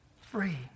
Free